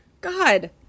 God